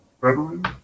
veterans